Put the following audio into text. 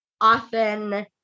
often